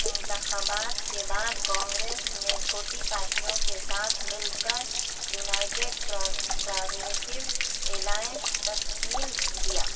انتخابات کے بعد کانگریس نے چھوٹی پارٹیوں کے ساتھ مل کریونایٹڈ پروگریسیو الائنس تشکیل دیا